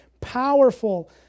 powerful